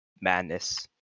madness